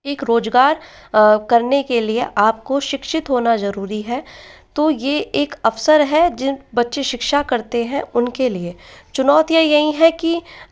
एक रोजगार करने के लिए आपको शिक्षित होना ज़रूरी है तो ये एक अवसर है जिन बच्चे शिक्षा करते हैं उनके लिए चुनौतियाँ यही है की